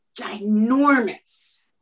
ginormous